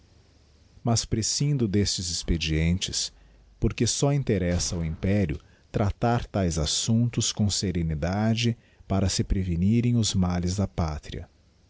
mas prescindo destes expedientes porque só interessa ao império tratar taes assumptos com serenidade para se prevenirem os males da pátria